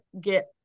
get